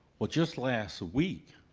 but just last week,